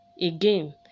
again